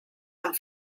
amb